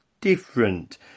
different